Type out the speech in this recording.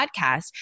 podcast